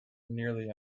nearly